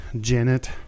Janet